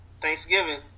Thanksgiving